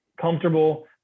comfortable